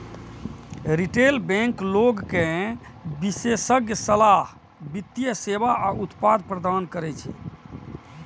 retail bank लोग कें विशेषज्ञ सलाह, वित्तीय सेवा आ उत्पाद प्रदान करै छै